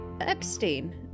epstein